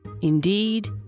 Indeed